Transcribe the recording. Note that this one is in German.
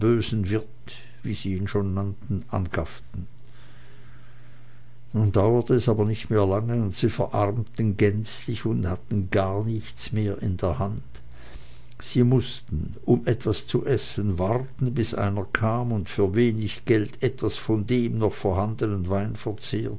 wie sie ihn schon nannten angafften nun dauerte es aber nicht mehr lange und sie verarmten gänzlich und hatten gar nichts mehr in der hand sie mußten um etwas zu essen warten bis einer kam und für wenig geld etwas von dem noch vorhandenen wein